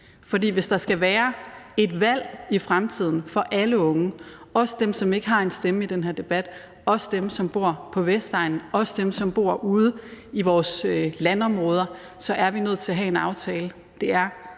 For hvis der skal være et valg i fremtiden for alle unge, også dem, som ikke har en stemme i den her debat, også dem, som bor på Vestegnen, og også dem, som bor ude i vores landområder, så er vi nødt til at have en aftale,